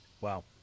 Wow